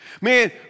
man